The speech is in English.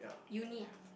uni ah